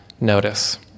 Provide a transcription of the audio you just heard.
notice